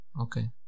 Okay